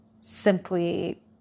simply